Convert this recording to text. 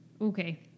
Okay